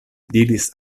diris